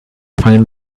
find